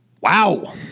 Wow